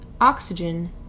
oxygen